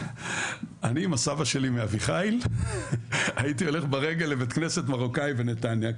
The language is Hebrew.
אני עם הסבא שלי מאביחיל הייתי הולך ברגל לבית כנסת מרוקאי בנתניה,